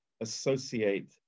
associate